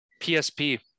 psp